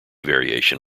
variation